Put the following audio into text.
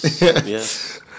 Yes